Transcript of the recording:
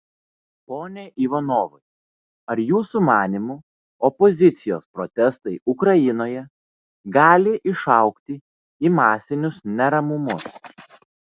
pone ivanovai ar jūsų manymu opozicijos protestai ukrainoje gali išaugti į masinius neramumus